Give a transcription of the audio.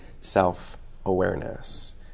self-awareness